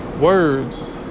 words